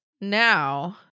Now